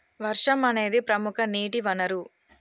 వర్షం అనేదిప్రముఖ నీటి వనరు